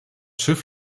schiff